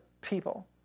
people